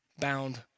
bound